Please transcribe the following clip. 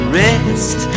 rest